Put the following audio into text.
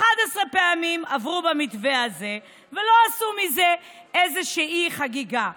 11 פעמים עברו במתווה הזה ולא עשו מזה איזו חגיגה.